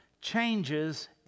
changes